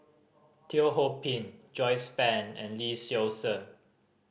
Teo Ho Pin Joyce Fan and Lee Seow Ser